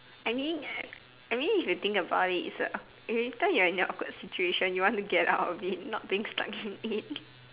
I mean as I mean if you think about it it's a awk if later you're in your awkward situation you want to get out of it not being stuck in it